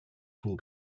fool